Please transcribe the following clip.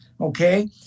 Okay